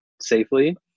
safely